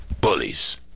bullies